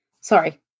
sorry